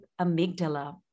amygdala